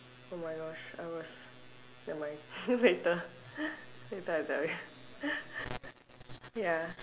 oh my gosh I was nevermind later later I tell you ya